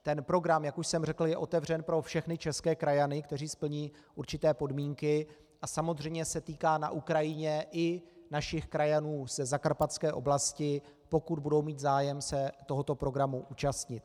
Ten program, jak už jsem řekl, je otevřen pro všechny české krajany, kteří splní určité podmínky, a samozřejmě se týká na Ukrajině i našich krajanů ze zakarpatské oblasti, pokud budou mít zájem se tohoto programu účastnit.